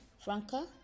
Franca